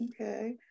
okay